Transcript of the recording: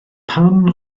pan